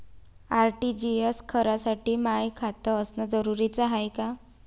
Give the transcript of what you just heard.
RTGS करासाठी माय खात असनं जरुरीच हाय का?